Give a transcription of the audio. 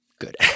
good